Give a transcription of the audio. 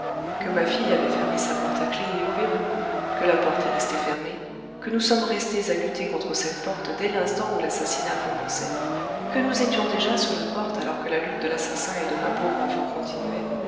que ma fille avait fermé sa porte à clef et au verrou que la porte est restée fermée que nous sommes restés à lutter contre cette porte dès l'instant où l'assassinat commençait que nous étions déjà sur la porte alors que la lutte de l'assassin et de ma pauvre enfant continuait